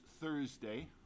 Thursday